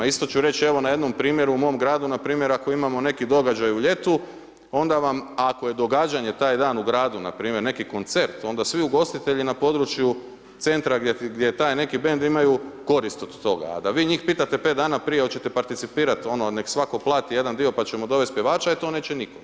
Isto ću reć evo na jednom primjeru u mom gradu npr. ako imamo neki događaj u ljetu, onda vam, ako je događanje taj dan u gradu npr. neki koncert onda svi ugostitelji na području centra gdje je taj neki bend imaju korist od toga, a da vi njih pitate 5 dana prije oćete participirat ono nek svako plati jedan dio pa ćemo dovest pjevača, e to neće niko.